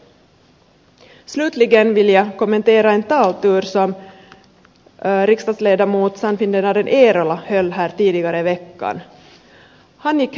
slutligen vill jag kommentera en taltur som riksdagsledamot sannfinländaren eerola höll här tidigare i veckan